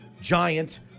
giant